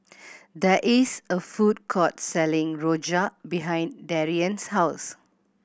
there is a food court selling rojak behind Darien's house